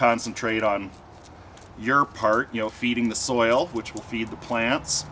concentrate on your part you know feeding the soil which will feed the plants